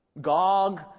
Gog